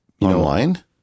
Online